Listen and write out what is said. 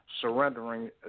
surrendering